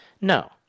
No